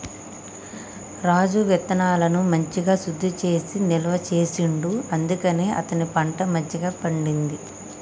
రాజు విత్తనాలను మంచిగ శుద్ధి చేసి నిల్వ చేసిండు అందుకనే అతని పంట మంచిగ పండింది